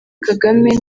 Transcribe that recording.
kagame